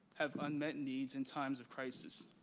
have unmet needs in times of crisis.